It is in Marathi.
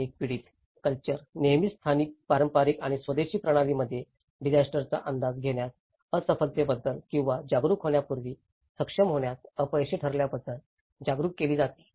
आणि एक पीडित कल्चर नेहमीच स्थानिक पारंपारिक आणि स्वदेशी प्रणालींमध्ये डिजास्टरचा अंदाज घेण्यास असफलतेबद्दल किंवा जागरूक होण्यापूर्वी सक्षम होण्यास अपयशी ठरल्याबद्दल जागरूक केली जाते